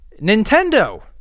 Nintendo